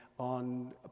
on